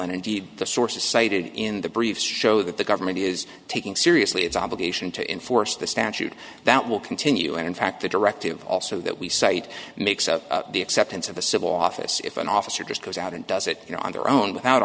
the sources cited in the briefs show that the government is taking seriously its obligation to enforce the statute that will continue and in fact the directive also that we cite makes up the acceptance of a civil office if an officer just goes out and does it you know on their own without